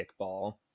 kickball